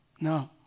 no